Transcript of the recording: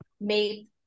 made